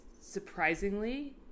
surprisingly